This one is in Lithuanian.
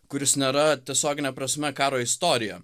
kuris nėra tiesiogine prasme karo istorija